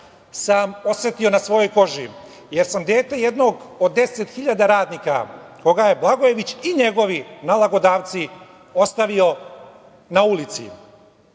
sam osetio na svojoj koži, jer sam dete jednog od 10.000 radnika koga su Blagojević i njegovi nalagodavci ostavio na ulici.